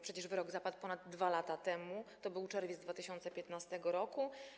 Przecież wyrok zapadł ponad 2 lata temu, to był czerwiec 2015 r.